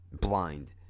blind